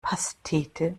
pastete